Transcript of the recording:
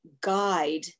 guide